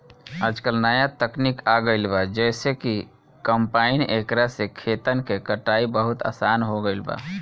आजकल न्या तकनीक आ गईल बा जेइसे कि कंपाइन एकरा से खेतन के कटाई बहुत आसान हो गईल बा